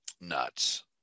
nuts